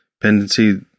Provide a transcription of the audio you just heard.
dependency